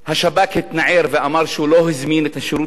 השב"כ התנער ואמר שהוא לא הזמין את השירות,